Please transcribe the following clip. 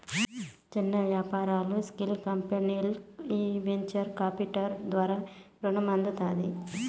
చిన్న యాపారాలు, స్పాల్ కంపెనీల్కి ఈ వెంచర్ కాపిటల్ ద్వారా రునం అందుతాది